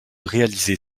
réaliser